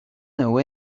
know